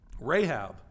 Rahab